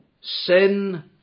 sin